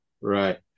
Right